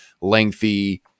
lengthy